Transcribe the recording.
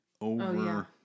over